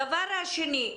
הדבר השני,